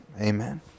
Amen